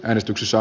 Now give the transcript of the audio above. äänestyksessä